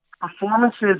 performances